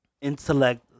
intellect